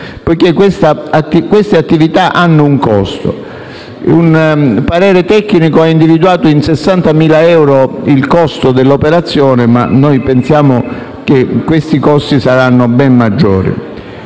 queste attività hanno un costo. Un parere tecnico ha individuato in 60.000 euro il costo dell'operazione, ma noi pensiamo che sarà ben maggiore.